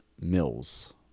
mills